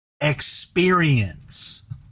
experience